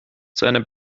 seine